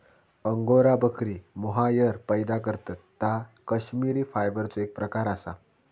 angora बकरी mohair पैदा करतत ता कश्मिरी फायबरचो एक प्रकार असा